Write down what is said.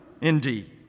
Indeed